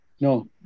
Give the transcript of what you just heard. No